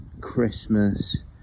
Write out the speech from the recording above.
Christmas